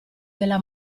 della